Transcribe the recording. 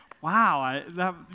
Wow